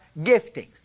giftings